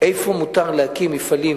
איפה מותר להקים מפעלים,